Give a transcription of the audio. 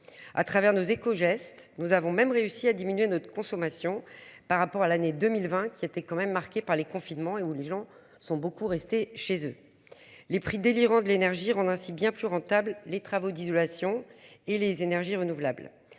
à travers nos écogestes. Nous avons même réussi à diminuer notre consommation par rapport à l'année 2020 qui était quand même marqué par les confinements et où les gens sont beaucoup rester chez eux. Les prix délirants, de l'énergie rendre ainsi bien plus rentable. Les travaux d'isolation et les énergies renouvelables.